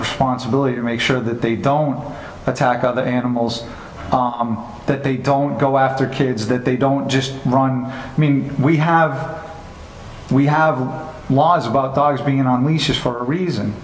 responsibility to make sure that they don't attack other animals that they don't go after kids that they don't just run i mean we have we have laws about dogs being on leashes for a